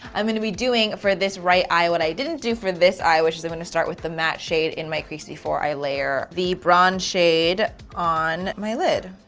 i'm gonna be doing for this right eye what i didn't do for this eye, which is i am going to start with the matte shade in my crease before i layer the bronze shade on my lid.